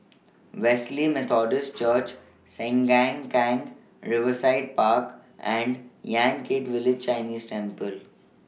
Wesley Methodist Church Sengkang Riverside Park and Yan Kit Village Chinese Temple